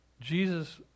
Jesus